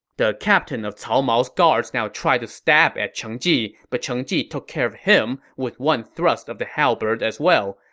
the captain of cao mao's guards now tried to stab cheng ji, but cheng ji took care of him with one thrust of the halberd as well,